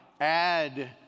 add